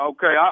Okay